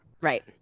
Right